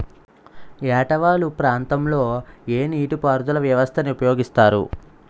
ఏట వాలు ప్రాంతం లొ ఏ నీటిపారుదల వ్యవస్థ ని ఉపయోగిస్తారు?